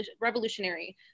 Revolutionary